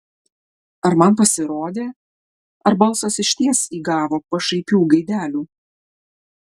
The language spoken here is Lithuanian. ar man pasirodė ar balsas išties įgavo pašaipių gaidelių